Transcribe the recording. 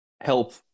help